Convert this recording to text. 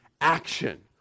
action